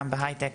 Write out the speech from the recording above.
גם בהייטק,